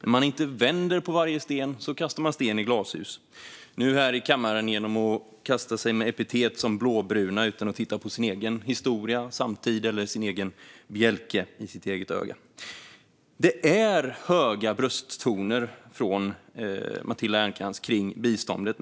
Om man inte vänder på varje sten kastar man sten i glashus, nu här i kammaren genom att slänga sig med epitet som blåbruna utan att titta på sin egen historia och samtid eller se bjälken i sitt eget öga. Det är höga brösttoner från Matilda Ernkrans kring biståndet.